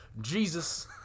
Jesus